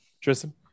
Tristan